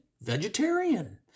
vegetarian